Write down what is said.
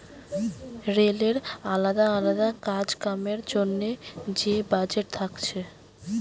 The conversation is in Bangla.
রেলের আলদা আলদা কাজ কামের জন্যে যে বাজেট থাকছে